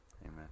Amen